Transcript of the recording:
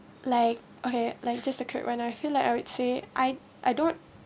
like okay like just occurred when I feel like I would say I I don't